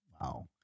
Wow